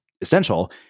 essential